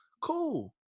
Cool